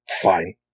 fine